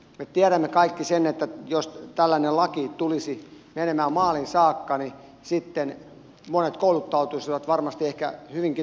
me tiedämme kaikki sen että jos tällainen laki tulisi menemään maaliin saakka niin sitten monet kouluttautuisivat ehkä hyvinkin turhaan alalle